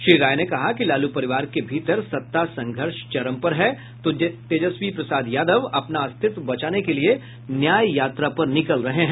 श्री राय ने कहा कि लालू परिवार के भीतर सत्ता संघर्ष चरम पर है तो तेजस्वी प्रसाद यादव अपना अस्तित्व बचाने के लिए न्याय यात्रा पर निकल रहे हैं